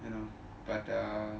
you know but uh